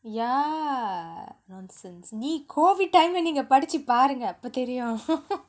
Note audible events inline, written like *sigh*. yeah nonsense நீ:nee COVID time lah நீங்க படிச்சு பாருங்க அப்ப தெரியும்:neenga padichu paarunga appa theriyum *laughs*